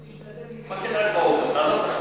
תשתדל להתמקד רק בעובדות,